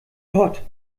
gott